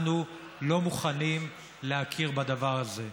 אנחנו לא מוכנים להכיר בדבר הזה,